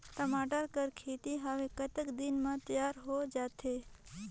टमाटर कर खेती हवे कतका दिन म तियार हो जाथे?